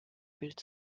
bild